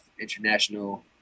International